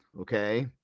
okay